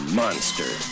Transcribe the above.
monster